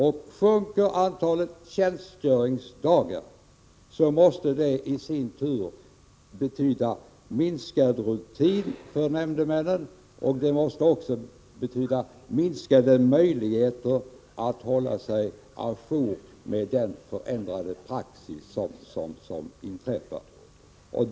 Och sjunker antalet tjänstgöringsdagar, måste detta i sin tur betyda minskad rutin för nämndemännen, och det måste också betyda minskade möjligheter att hålla sig å jour med ändringarna i praxisen.